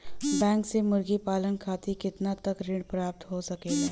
Bank से मुर्गी पालन खातिर कितना तक ऋण प्राप्त हो सकेला?